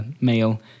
male